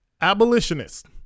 abolitionist